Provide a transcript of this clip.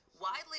widely